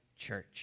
church